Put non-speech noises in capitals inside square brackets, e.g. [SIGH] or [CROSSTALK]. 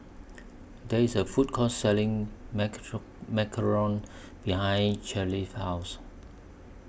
There IS A Food Court Selling [UNINTELLIGIBLE] Macarons behind Caleigh's House